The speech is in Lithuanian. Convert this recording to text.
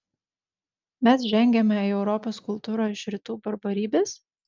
mes žengiame į europos kultūrą iš rytų barbarybės